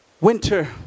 winter